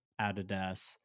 Adidas